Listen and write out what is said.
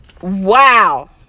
Wow